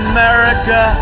America